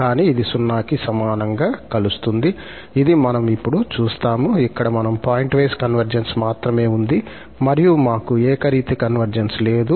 కాని ఇది 0 కి సమానంగా కలుస్తుంది ఇది మనం ఇప్పుడు చూస్తాము ఇక్కడ మనం పాయింట్వైస్ కన్వర్జెన్స్ మాత్రమే ఉంది మరియు మాకు ఏకరీతి కన్వర్జెన్స్ లేదు